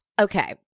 Okay